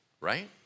right